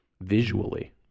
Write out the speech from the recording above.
visually